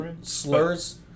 slurs